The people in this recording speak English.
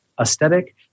aesthetic